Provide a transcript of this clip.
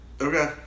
Okay